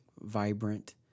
vibrant